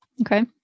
Okay